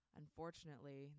Unfortunately